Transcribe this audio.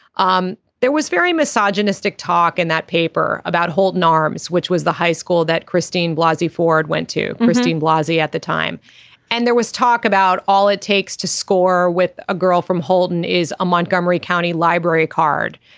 um there was very misogynistic talk in that paper about holton arms which was the high school that christine lacy ford went to christine blasi at the time and there was talk about all it takes to score with a girl from holden is a montgomery county library card.